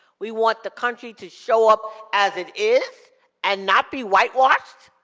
we want the country to show up as it is and not be whitewashed.